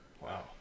Wow